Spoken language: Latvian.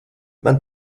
man